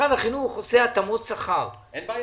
משרד החינוך עושה התאמות שכר --- אין בעיה,